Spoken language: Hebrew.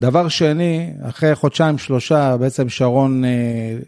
דבר שני, אחרי חודשיים שלושה, בעצם שרון...